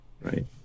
right